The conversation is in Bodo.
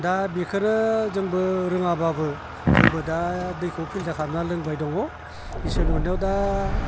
दा बेखोनो जोंबो रोङाब्लाबो जोंबो दा दैखौ फिलटार खालामनानै लोंबाय दङ इसोरनि अननायाव दा